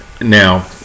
now